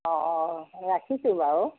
অঁ অঁ ৰাখিছোঁ বাৰু